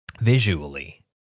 visually